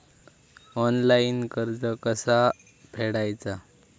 Online कर्ज कसा फेडायचा?